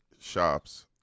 shops